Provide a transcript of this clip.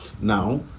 now